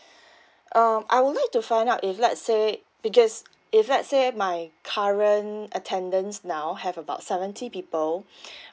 um I would like to find out if let's say because if let's say my current attendance now have about seventy people